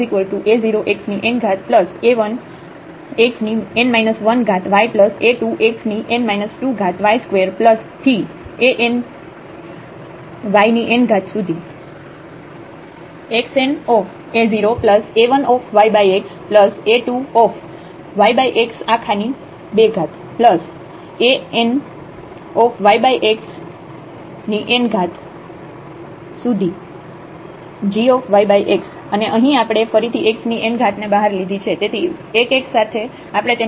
fxya0xna1xn 1ya2xn 2y2anyn xna0a1yxa2yx2anyxn⏟gyx અને અહીં આપણે ફરીથી x ની n ઘાત ને બહાર લીધી છે તેથી 1x સાથે આપણે તેને ભાગવા પડશે